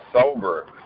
sober